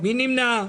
מי נמנע?